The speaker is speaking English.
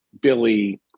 Billy